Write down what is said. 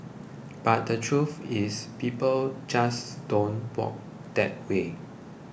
but the truth is people just don't work that way